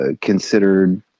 considered